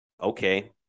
Okay